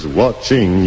watching